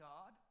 God